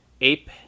ape